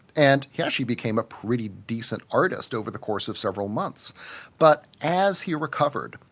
and he actually became a pretty decent artist over the course of several months but as he recovered,